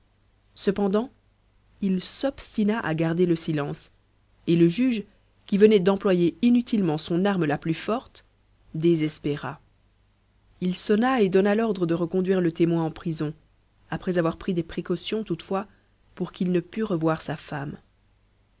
cependant il s'obstina à garder le silence et le juge qui venait d'employer inutilement son arme la plus forte désespéra il sonna et donna l'ordre de reconduire le témoin en prison après avoir pris des précautions toutefois pour qu'il ne pût revoir sa femme